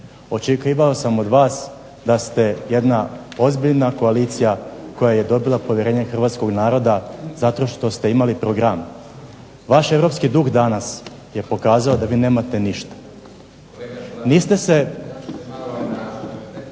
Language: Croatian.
očekivao sam od vas da ste jedna ozbiljna koalicija koja je dobila povjerenje hrvatskog naroda zato što ste imali program. Vaš europski duh danas je pokazao da vi nemate ništa. **Leko,